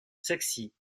sexies